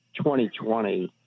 2020